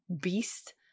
beast